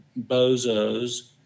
bozos